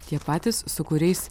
tie patys su kuriais